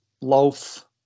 loaf